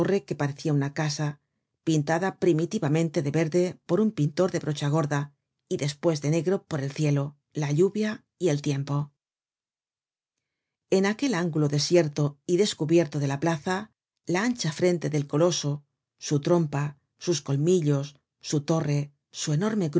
que parecia unacasa pintada primitivamente de verde por un pintor de brocha gorda y despues de negro por el cielo la lluvia y el tiempo en aquel ángulo desierto y descubierto de la plaza la ancha frente del coloso su trompa sus colmillos su torre su enorme